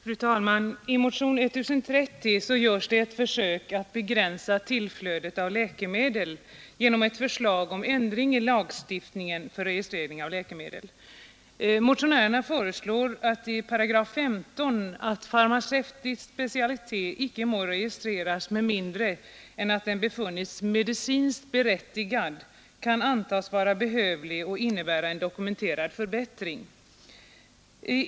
Fru talman! I motionen 1030 görs ett försök att begränsa tillflödet av läkemedel genom ett förslag om ändring av lagstiftningen för registrering av läkemedel. Motionärerna föreslår att enligt 15 § farmacevtisk specialitet icke må registreras med mindre den befunnits medicinskt berättigad, kan antas vara behövlig och innebära en dokumenterad förbättring.